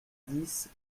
dix